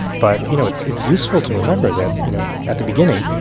but, you know, it's it's useful to remember that, you know, at the beginning,